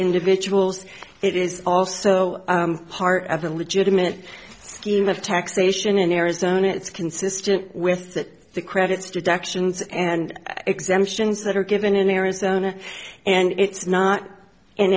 individuals it is also part of a legitimate scheme of taxation in arizona it's consistent with that the credits deductions and exemptions that are given in arizona and it's not in